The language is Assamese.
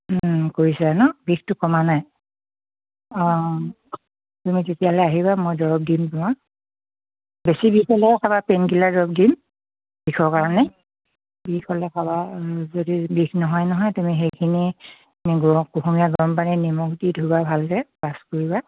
কৰিছা নহ্ বিষটো কমা নাই অঁ তুমি তেতিয়াহলে আহিবা মই দৰৱ দিম তোমাক বেছি বিষ হ'লেহে খাবা পেইন কিলাৰ দৰৱ দিম বিষৰ কাৰণে বিষ হ'লে খাবা যদি বিষ নহয় নহয় তুমি সেইখিনি গৰম কুহুমীয়া গৰম পানী নিমখ দি ধুবা ভালকৈ ব্ৰাছ কৰিবা